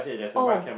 oh